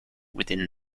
within